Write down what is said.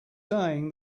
saying